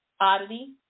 Oddity